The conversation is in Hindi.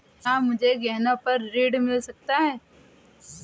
क्या मुझे गहनों पर ऋण मिल सकता है?